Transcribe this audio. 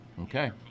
Okay